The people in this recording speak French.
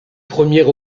premier